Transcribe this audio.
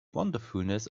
wonderfulness